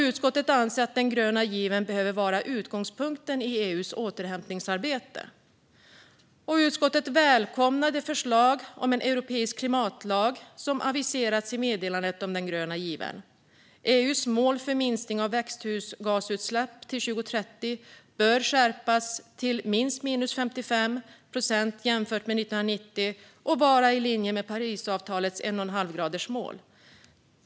Utskottet anser att den gröna given behöver vara utgångspunkten i EU:s återhämtningsarbete. Utskottet välkomnar det förslag om en europeisk klimatlag som aviserats i meddelandet om den gröna given. EU:s mål för minskning av växthusgasutsläpp till 2030 bör skärpas till minst 55 procent jämfört med 1990 och vara i linje med Parisavtalets 1,5gradersmål.